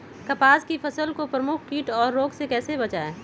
कपास की फसल को प्रमुख कीट और रोग से कैसे बचाएं?